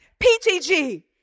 PTG